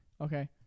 Okay